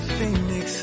Phoenix